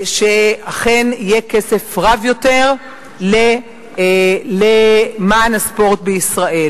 שאכן יהיה כסף רב יותר למען הספורט בישראל.